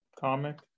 comic